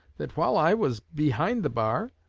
that while i was behind the bar,